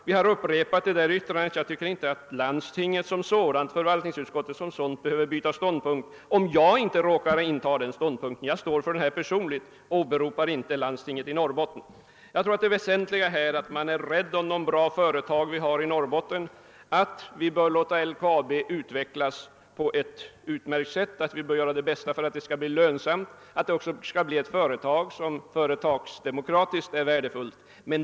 Vi har upprepat det yttrandet, men jag tycker inte att landstinget eller förvaltningsutskottet behöver byta ståndpunkt om jag inte råkar ha samma uppfattning. Jag står personligen för min uppfattning och åberopar inte landstinget i Norrbotten. Det väsentliga är att vi är rädda om de goda företag vi har i Norrbotten och gör vårt bästa för att LKAB skall utvecklas vidare som ett lönsamt företag som är värdefullt också ur företagsde mokratisk synpunkt.